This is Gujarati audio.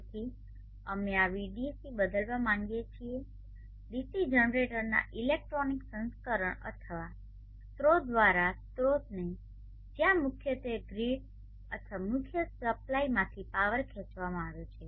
તેથી અમે આ Vdc બદલવા માંગીએ છીએ ડીસી જનરેટરના ઇલેક્ટ્રોનિક સંસ્કરણ અથવા સ્રોત દ્વારા સ્રોતને જ્યાં મુખ્યત્વે ગ્રીડ અથવા મુખ્ય સપ્લાયમાંથી પાવર ખેંચવામાં આવે છે